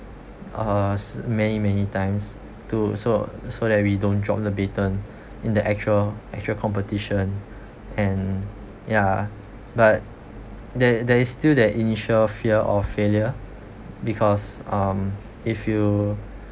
uh s~ many many times too so so that we don't drop the baton in the actual actual competition and ya but there there is still that initial fear of failure because um if you